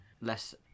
Less